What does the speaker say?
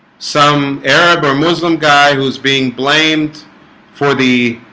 some arab or muslim guy who's being blamed for the?